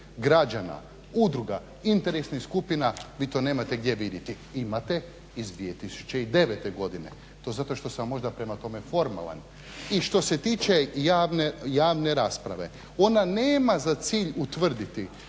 građana, udruga, interesnih skupina vi to nemate gdje vidjeti. Imate iz 2009. godine. To zato što sam možda prema tome formalan. I što se tiče javne rasprave. Ona nema za cilj utvrditi